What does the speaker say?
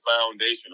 foundation